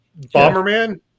Bomberman